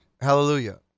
Hallelujah